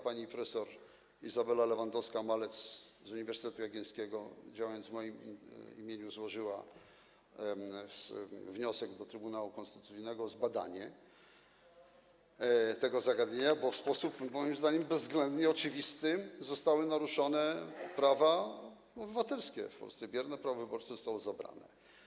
Pani prof. Izabela Lewandowska-Malec z Uniwersytetu Jagiellońskiego, działając w moim imieniu, złożyła wniosek do Trybunału Konstytucyjnego o zbadanie tego zagadnienia, bo w sposób moim zdaniem bezwzględny i oczywisty zostały naruszone prawa obywatelskie w Polsce, bierne prawo wyborcze zostało zabrane.